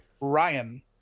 Ryan